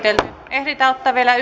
ehdimme ottaa vielä